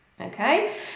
Okay